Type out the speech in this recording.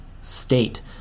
State